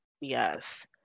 Yes